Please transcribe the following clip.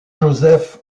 joseph